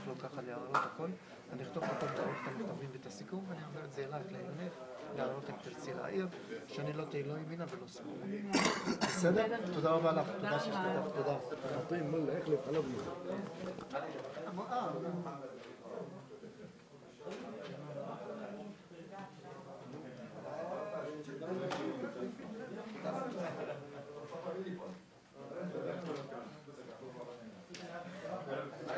13:56.